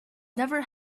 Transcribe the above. never